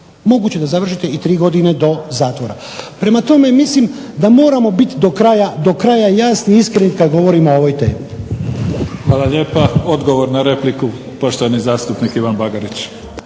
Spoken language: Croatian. moguće da završite i 3 godine do zatvora. Prema tome mislim da moramo biti do kraja jasni i iskreni kad govorimo o ovoj temi. Hvala. **Mimica, Neven (SDP)** Hvala lijepa. Odgovor na repliku, poštovani zastupnik Ivan Bagarić.